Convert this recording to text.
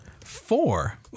four